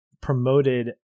promoted